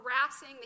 harassing